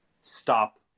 stop